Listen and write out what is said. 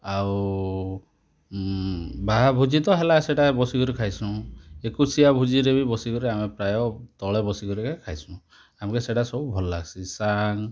ଆଉ ବାହା ଭୋଜି ତ ହେଲା ସେଇଟା ବସି କରି ଖାଇସୁଁ ଏକୋଇଶିଆ ଭୋଜିରେ ବି ବସି କରି ଆମେ ପ୍ରାୟ ତଳେ ବସି କରିକେ ଖାଇସୁଁ ଆମକେ ସେଇଟା ସବୁ ଭଲ ଲାଗ୍ସି ସିସାନ୍